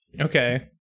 Okay